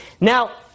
Now